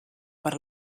per